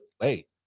hey